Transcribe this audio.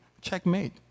Checkmate